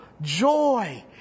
joy